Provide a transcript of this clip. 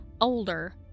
older